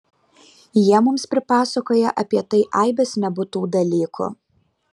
jie mums pripasakoja apie tai aibes nebūtų dalykų